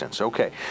Okay